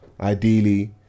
ideally